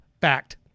Fact